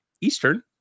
Eastern